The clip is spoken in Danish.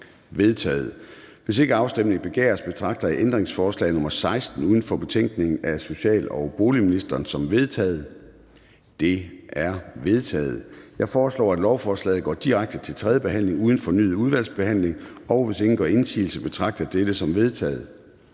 Hvis ikke afstemning begæres, betragter jeg ændringsforslag nr. 16 uden for betænkningen af social- og boligministeren som vedtaget. Det er vedtaget. Jeg foreslår, at lovforslaget går direkte til tredje behandling uden fornyet udvalgsbehandling. Hvis ingen gør indsigelse, betragter jeg dette som vedtaget.